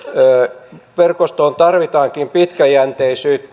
vankilaverkostoon tarvitaankin pitkäjänteisyyttä